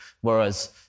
whereas